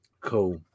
Cool